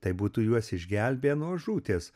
tai būtų juos išgelbėję nuo žūties